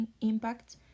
impact